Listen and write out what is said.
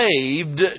saved